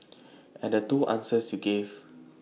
and the two answers you gave